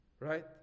right